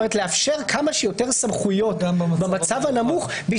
לאפשר כמה שיותר סמכויות במצב הנמוך,